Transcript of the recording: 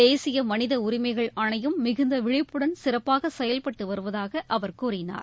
தேசிய மனித உரிமைகள் ஆணையம் மிகுந்த விழிப்புடன் சிறப்பாக செயல்பட்டு வருவதாக அவர் கூறினார்